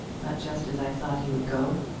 but just as i thought he would go.